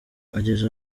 ageze